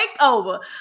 takeover